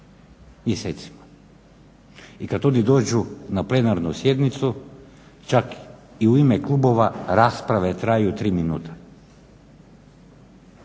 I kad oni dođu na plenarnu sjednicu čak i u ime klubova rasprave traju 3 minute